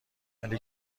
ولی